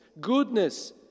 goodness